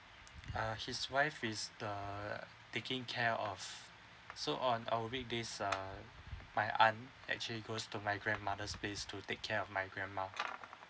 uh his wife is the taking care of so on our weekdays um my aunt actually goes to my grandmother's place to take care of my grandma